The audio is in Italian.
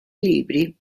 libri